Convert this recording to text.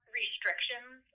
restrictions